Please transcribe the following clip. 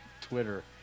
Twitter